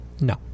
no